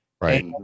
Right